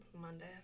Monday